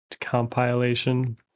compilation